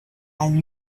and